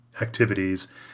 activities